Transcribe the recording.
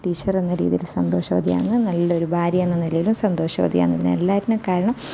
teacher എന്ന രീതിയിൽ സന്തോഷവതിയാണ് നല്ലൊരു ഭാര്യ എന്ന നിലയിലും സന്തോഷവതിയാണ് ഇതിന് എല്ലാത്തിനും കാരണം